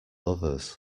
others